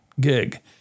gig